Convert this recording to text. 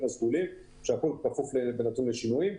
הסגולים כשהכול כפוף ונתון לשינויים.